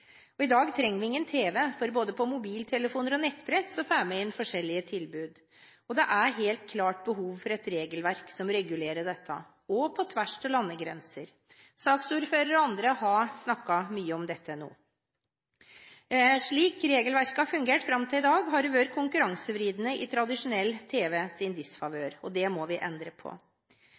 I dag trenger vi ingen tv, for både på mobiltelefoner og nettbrett får vi inn forskjellige tilbud. Det er helt klart behov for et regelverk som regulerer dette – også på tvers av landegrenser. Saksordføreren og andre har snakket mye om dette nå. Slik regelverket har fungert fram til i dag, har det vært konkurransevridende i disfavør av tradisjonelt tv, og det må vi endre på.